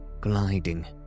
gliding